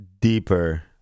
deeper